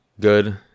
good